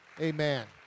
Amen